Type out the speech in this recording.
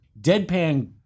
deadpan